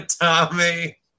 Tommy